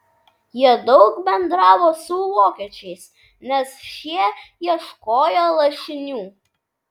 jie daug bendravo su vokiečiais nes šie ieškojo lašinių